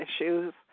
issues